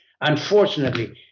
Unfortunately